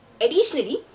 Additionally